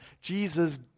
Jesus